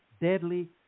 deadly